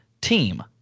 team